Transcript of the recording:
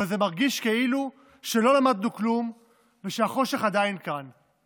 אבל זה מרגיש כאילו לא למדנו כלום ושהחושך עדיין כאן.